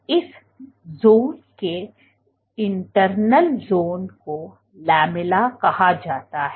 और इस जोन के इंटरनल जोन को लामेला कहा जाता है